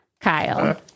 Kyle